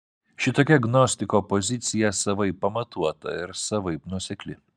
šitokia gnostiko pozicija savaip pamatuota ir savaip nuosekli